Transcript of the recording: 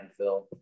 landfill